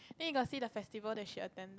then you got see the festival that she attend